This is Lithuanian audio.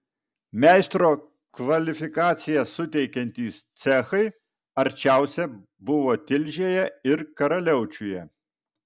meistro kvalifikaciją suteikiantys cechai arčiausia buvo tilžėje ir karaliaučiuje